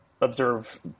observe